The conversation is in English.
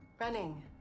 Running